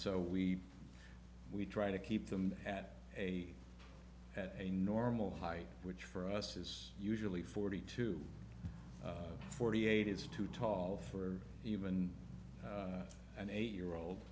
so we we try to keep them at a at a normal height which for us is usually forty to forty eight is too tall for even an eight year old